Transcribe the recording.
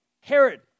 Herod